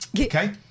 Okay